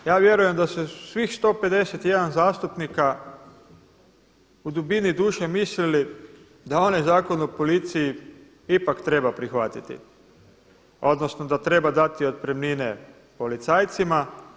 Ja vjerujem da se svih 151 zastupnika u dubini duše mislili da onaj Zakon o policiji ipak treba prihvatiti, odnosno da treba dati otpremnine policajcima.